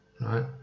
right